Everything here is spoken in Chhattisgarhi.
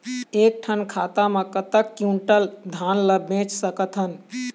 एक ठन खाता मा कतक क्विंटल धान ला बेच सकथन?